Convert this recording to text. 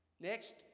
Next